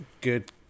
good